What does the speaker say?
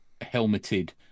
helmeted